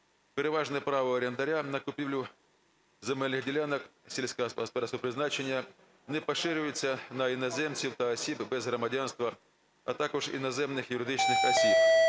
"Переважне право орендаря на купівлю земельних ділянок сільськогосподарського призначення не поширюється на іноземців та осіб без громадянства, а також іноземних юридичних осіб".